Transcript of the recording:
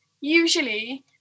usually